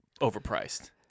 overpriced